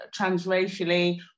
transracially